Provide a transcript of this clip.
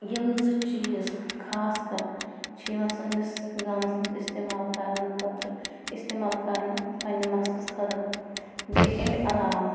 یِم زٕ چیٖز خاص کر چھِ یِوان سٲنِس گامَس منٛز اِستعمال کرنہٕ خٲطرٕ اِستعمال کرنہٕ پنٛنہِ مَستَس خٲطرٕ بیٚیہِ اَمہِ علاوٕ